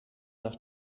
nach